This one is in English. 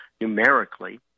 numerically